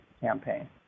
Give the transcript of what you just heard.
campaign